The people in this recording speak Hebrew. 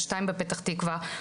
שתיים בפתח תקווה,